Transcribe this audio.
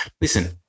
Listen